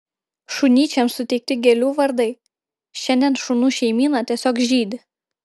šunyčiams suteikti gėlių vardai šiandien šunų šeimyna tiesiog žydi